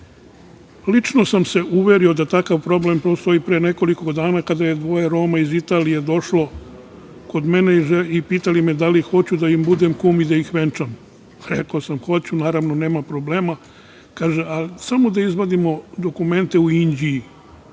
sam se uverio da takav problem postoji pre nekoliko dana kada je dvoje Roma iz Italije došlo kod mene i pitali me da li hoću da im budem kum i da ih venčam. Rekao sam – hoću, naravno, nema problema, ali samo da izvadimo dokumente u Inđiji.